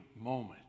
moment